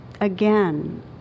again